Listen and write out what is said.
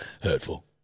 hurtful